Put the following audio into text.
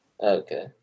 Okay